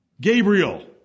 Gabriel